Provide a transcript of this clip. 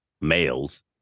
males